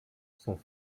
sont